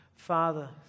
Father